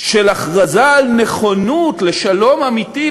של הכרזה על נכונות לשלום אמיתי,